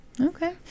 Okay